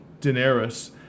Daenerys